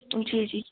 जी जी